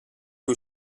who